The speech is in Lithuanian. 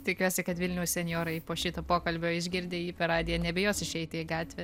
tikiuosi kad vilniaus senjorai po šito pokalbio išgirdę jį per radiją nebijos išeiti į gatvę